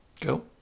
Go